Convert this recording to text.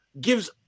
gives